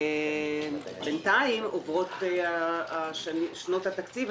כאשר בינתיים עוברות שנות התקציב,